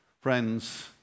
Friends